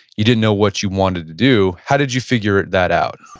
you didn't know what you wanted to do. how did you figure that out?